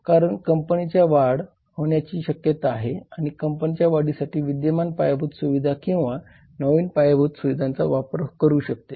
कारण कंपनीच्या वाढ होण्याची शक्यता आहे आणि कंपनी वाढीसाठी विद्यमान पायाभूत सुविधा किंवा नवीन पायाभूत सुविधांचा वापर करू शकते